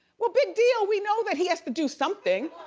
well, big deal we know that he has to do something.